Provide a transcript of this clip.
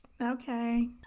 okay